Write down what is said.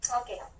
okay